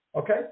okay